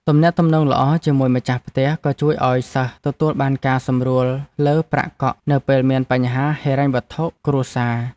ទំនាក់ទំនងល្អជាមួយម្ចាស់ផ្ទះក៏ជួយឱ្យសិស្សទទួលបានការសម្រួលលើប្រាក់កក់នៅពេលមានបញ្ហាហិរញ្ញវត្ថុគ្រួសារ។